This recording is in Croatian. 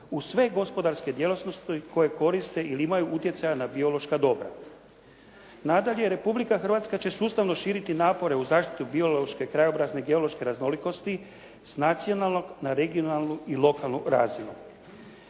u sve gospodarske djelatnosti koje koriste ili imaju utjecaja na biološka dobra. Nadalje, Republika Hrvatska će sustavno širiti napore u zaštiti biološke, krajobrazne i geološke raznolikosti s nacionalnog na regionalnu i lokalnu razinu.